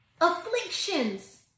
afflictions